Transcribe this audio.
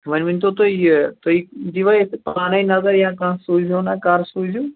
وٕنۍ ؤنۍ تَو تُہۍ یہِ تُہۍ دِیِوا یَتھ پانَے نظر یا کانٛہہ سوٗزِوُنہ کَر سوٗزِوُن